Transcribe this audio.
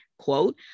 quote